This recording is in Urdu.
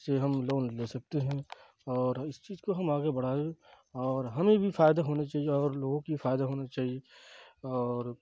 سے ہم لون لے سکتے ہیں اور اس چیز کو ہم آگے بڑھائیں اور ہمیں بھی فائدہ ہونے چاہیے اور لوگوں کی فائدہ ہونا چاہیے اور